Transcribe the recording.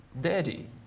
Daddy